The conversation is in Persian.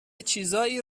چیزایی